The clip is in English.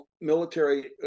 military